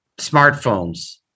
smartphones